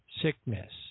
sickness